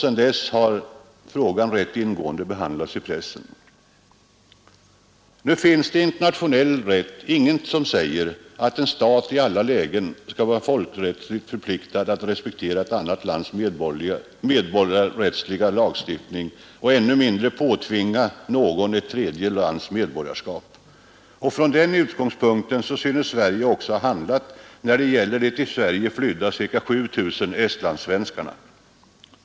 Sedan dess har frågan rätt ingående behandlats i pressen. Det finns i internationell rätt intet som säger, att en stat i alla lägen skulle vara folkrättsligt förpliktad att respektera ett annat lands medborgarrättsliga lagstiftning och ännu mindre att påtvinga någon ett tredje lands medborgarskap. Från denna utgångspunkt synes Sverige också ha handlat när det gäller de till Sverige flydda ca 7000 estlandssvenskarna.